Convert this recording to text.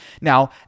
Now